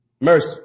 Mercy